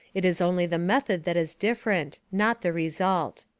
it is only the method that is different, not the result.